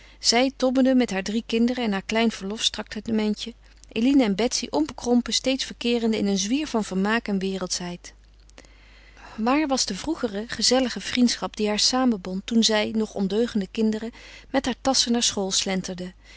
zij tobbende met haar drie kinderen en haar klein verlofs traktementje eline en betsy onbekrompen steeds verkeerende in een zwier van vermaak en wereldschheid waar was de vroegere gezellige vriendschap die haar samenbond toen zij nog ondeugende kinderen met haar tasschen naar school slenterden